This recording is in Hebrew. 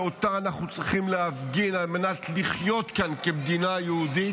שאנחנו צריכים להפגין על מנת לחיות כאן כמדינה יהודית,